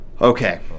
Okay